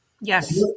Yes